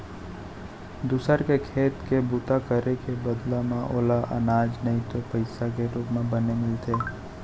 दूसर के खेत के बूता करे के बदला म ओला अनाज नइ तो पइसा के रूप म बनी मिलथे